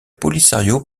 polisario